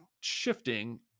shifting